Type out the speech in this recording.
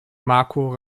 marco